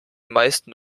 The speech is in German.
meisten